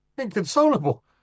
Inconsolable